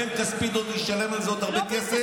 בן כספית עוד ישלם על זה עוד הרבה כסף.